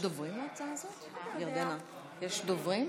גברתי היושבת-ראש, חברי וחברות כנסת נכבדים,